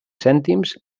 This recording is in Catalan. cèntims